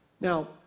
Now